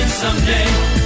Someday